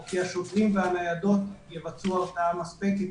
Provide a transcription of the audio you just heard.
או כי השוטרים והניידות יבצעו הרתעה מספקת.